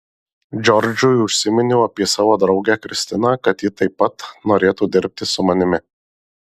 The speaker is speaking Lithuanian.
džordžui užsiminiau apie savo draugę kristiną kad ji taip pat norėtų dirbti su manimi